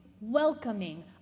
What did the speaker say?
welcoming